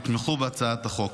יתמכו בהצעת החוק.